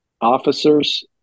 officers